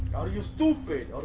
are you stupid!